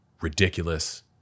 ridiculous